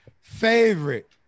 favorite